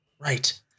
Right